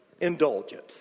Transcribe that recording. indulgence